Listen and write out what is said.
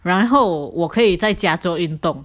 然后我可以在家做运动